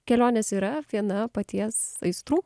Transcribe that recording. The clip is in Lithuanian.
kelionės yra viena paties aistrų